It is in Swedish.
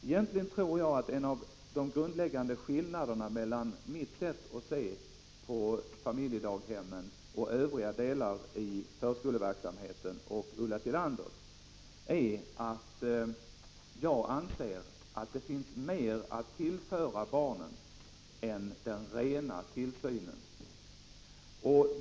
Egentligen tror jag att en av de grundläggande skillnaderna mellan mitt sätt att se på familjedaghemmen och övriga delar av förskoleverksamheten och Ulla Tillanders sätt att se på dem är att jag anser att det finns mer att tillföra barnen än den rena tillsynen.